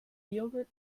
yogurt